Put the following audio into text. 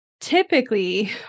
Typically